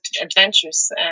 adventures